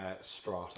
Strata